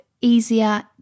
easier